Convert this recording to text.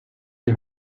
die